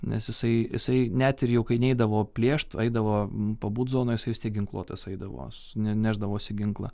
nes jisai jisai net ir jau kai neidavo plėšt eidavo pabūt zonoj jisai vis tiek ginkluotas eidavo nešdavosi ginklą